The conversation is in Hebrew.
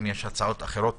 אם יש הצעות אחרות,